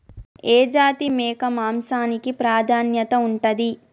ఏ జాతి మేక మాంసానికి ప్రాధాన్యత ఉంటది?